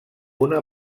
una